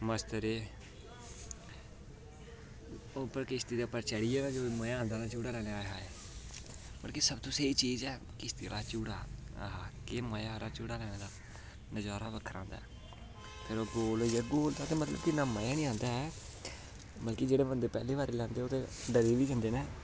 मस्त रेह् उप्पर चढ़ियै मजा आंदा झुटे लैने दा मतलब कि सब तू स्हेई चीज ऐ इसदे बाद मजा केह् मजा हा यरो झूटा लैने दा नजारा बक्खरा आंदा ऐ ते ओह् गोल होइया गोलतारा इन्ना मजा निं आंदा ऐ बल्के जेह्ड़े बंदे पैह्ली बारी लैंदे ओह् डरी बी जंदे न